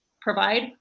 provide